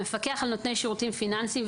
המפקח על נותני שירותים פיננסיים,